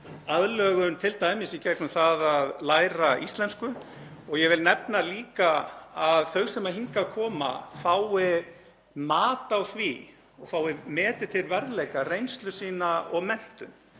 aðlögun, t.d. í gegnum það að læra íslensku. Ég vil nefna líka að þau sem hingað koma fái mat á og metna til verðleika reynslu sína og menntun.